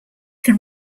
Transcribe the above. can